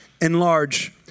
enlarge